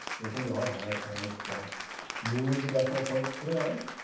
we can go ahead and just move the decimal point to the right,